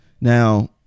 Now